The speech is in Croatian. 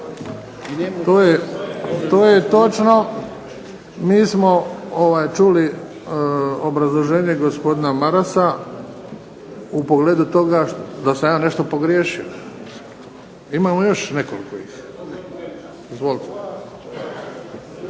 To je točno. Mi smo čuli obrazloženje gospodina Marasa u pogledu toga da sam ja nešto pogriješio. Imamo još nekoliko ih. …